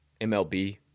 MLB